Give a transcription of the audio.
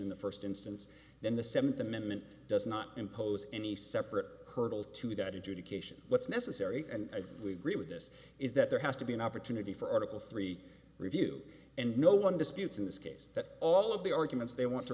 in the first instance then the seventh amendment does not impose any separate hurdle to that adjudication what's necessary and we agree with this is that there has to be an opportunity for article three review and no one disputes in this case that all of the arguments they want to